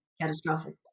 catastrophic